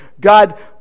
God